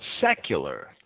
secular